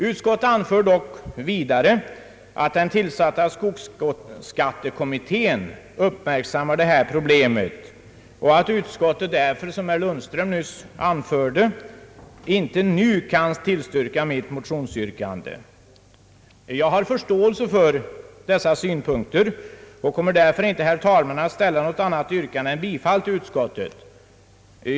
Utskottet anför dock vidare att den tillsatta skogsskattekommitten uppmärksammar detta problem och att utskottet därför inte nu kan tillstyrka mitt motionsyrkande. Jag har förståelse för dessa synpunkter och kommer därför inte, herr talman, att ställa något annat yrkande än om bifall till utskottets förslag.